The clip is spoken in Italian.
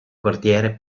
quartiere